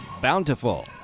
bountiful